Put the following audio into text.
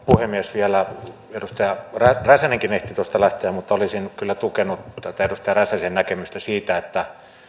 puhemies vielä edustaja räsänenkin ehti tuosta lähteä mutta olisin kyllä tukenut tätä edustaja räsäsen näkemystä siitä että